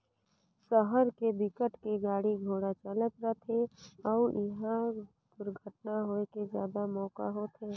सहर के बिकट के गाड़ी घोड़ा चलत रथे अउ इहा दुरघटना होए के जादा मउका होथे